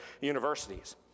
universities